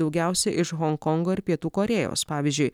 daugiausiai iš honkongo ir pietų korėjos pavyzdžiui